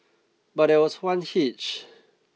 but there was one hitch